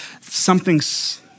something's